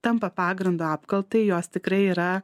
tampa pagrindu apkaltai jos tikrai yra